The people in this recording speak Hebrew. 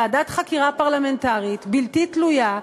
ועדת חקירה פרלמנטרית בלתי תלויה,